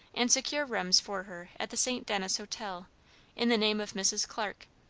and secure rooms for her at the st. denis hotel in the name of mrs. clarke,